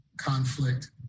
conflict